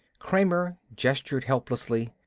kramer gestured helplessly.